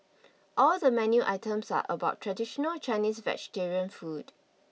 all the menu items are about traditional Chinese vegetarian food